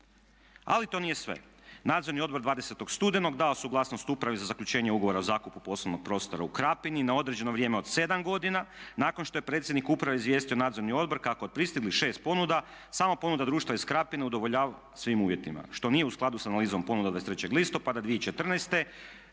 Ali to nije sve. Nadzorni odbor 20. studenog dao je suglasnost upravi za zaključenje ugovora o zakupu poslovnog prostora u Krapini na određeno vrijeme od 7 godina nakon što je predsjednik uprave izvijestio Nadzorni odbor kako od pristiglih 6 ponuda samo ponuda društva iz Krapine udovoljava svim uvjetima. Što nije u skladu s analizom ponude od 23. listopada 2014.